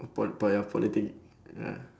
po~ politic~ ya